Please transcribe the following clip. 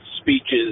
speeches